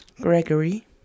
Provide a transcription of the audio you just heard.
Gregory